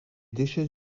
déchets